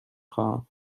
خواهم